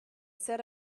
set